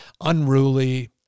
unruly